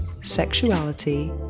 sexuality